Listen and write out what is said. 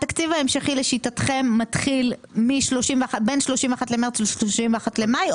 התקציב ההמשכי לשיטתכם מתחיל בין 31 למרץ ל-31 למאי,